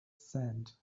sand